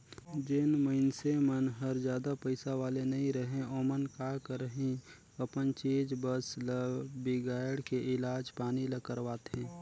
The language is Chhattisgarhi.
जेन मइनसे मन हर जादा पइसा वाले नइ रहें ओमन का करही अपन चीच बस ल बिगायड़ के इलाज पानी ल करवाथें